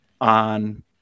on